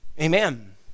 Amen